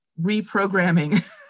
reprogramming